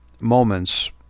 moments